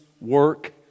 work